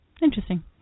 Interesting